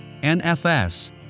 NFS